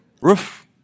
Roof